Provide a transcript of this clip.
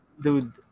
Dude